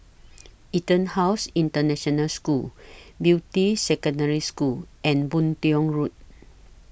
Etonhouse International School Beatty Secondary School and Boon Tiong Road